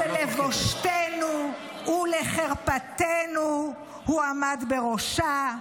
שלבושתנו ולחרפתנו הוא עמד בראשה,